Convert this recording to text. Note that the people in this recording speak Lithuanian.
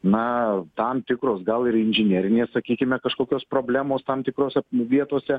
na tam tikros gal ir inžinerinės sakykime kažkokios problemos tam tikrose vietose